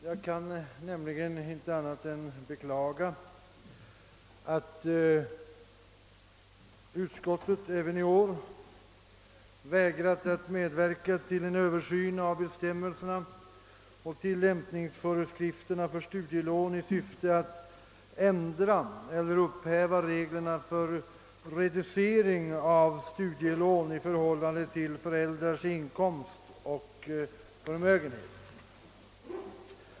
Jag kan nämligen inte annat än beklaga att utskottet även i år vägrat att medverka till en översyn av bestämmelserna och tillämpningsföreskrifterna för studielån i syfte att ändra eller upphäva reglerna för reducering av studielån i förhållande till föräldrars inkomst och förmögenhet.